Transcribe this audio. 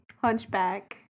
Hunchback